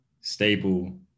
stable